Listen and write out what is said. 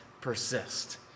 persist